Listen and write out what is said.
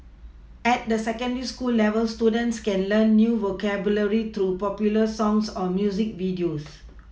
at the secondary school level students can learn new vocabulary through popular songs or music videos